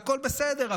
והכול בסדר,